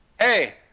Hey